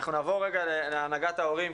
אנחנו נעבור להנהגת ההורים,